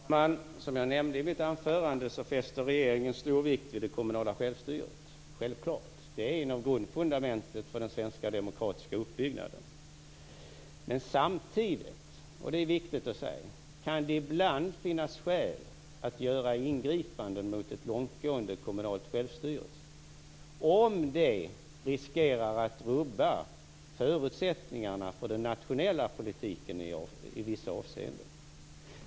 Fru talman! Som jag nämnde i mitt anförande fäster regeringen stor vikt vid det kommunala självstyret - självklart. Det är ett av grundfundamenten i den svenska demokratiska uppbyggnaden. Men samtidigt - och det är viktigt att säga - kan det ibland finnas skäl att göra ingripanden mot ett långtgående kommunalt självstyre om detta riskerar att rubba förutsättningarna för den nationella politiken i vissa avseenden.